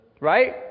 Right